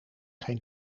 geen